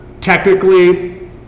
technically